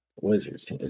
Wizards